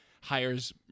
hires